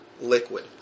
liquid